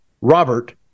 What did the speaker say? Robert